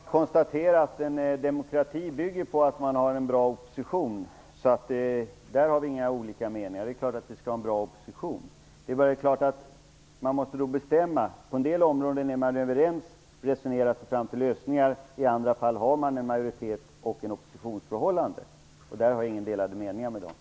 Herr talman! Jag kan bara konstatera att en demokrati bygger på att man har en bra opposition, så där har vi inga olika meningar. Det är självklart att vi skall ha en bra opposition. Men det är klart att man måste bestämma sig. På en del områden är man överens och resonerar sig fram till lösningar, medan man i andra fall har ett majoritets och oppositionsförhållande. Om det har jag och Dan Ericsson inga delade meningar.